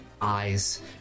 eyes